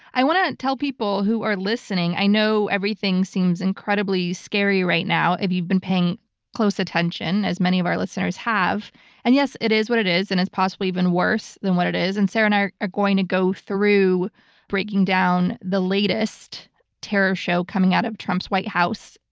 i want to tell people who are listening i know everything seems incredibly scary right now if you've been paying close attention as many of our listeners have and yes it is what it is and it's possibly even worse than what it is and sarah and i are going to go through breaking down the latest terror show coming out of trump's white house.